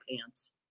pants